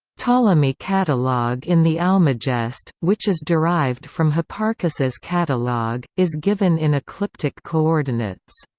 ptolemy's catalog in the almagest, which is derived from hipparchus's catalog, is given in ecliptic coordinates.